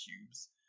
cubes